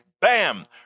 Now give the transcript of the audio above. bam